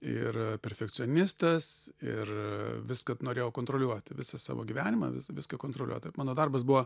ir perfekcionistas ir viską norėjau kontroliuoti visą savo gyvenimą vis viską kontroliuot taip mano darbas buvo